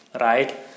Right